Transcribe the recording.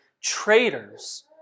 traitors